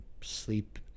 sleep